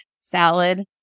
salad